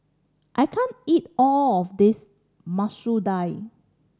I can't eat all of this Masoor Dal